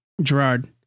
Gerard